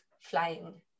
flying